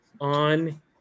on